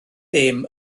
dim